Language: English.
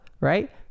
right